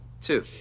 two